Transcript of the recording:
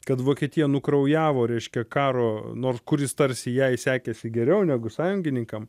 kad vokietija nukraujavo reiškia karo nor kuris tarsi jai sekėsi geriau negu sąjungininkam